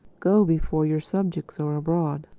go before your subjects are abroad.